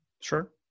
Sure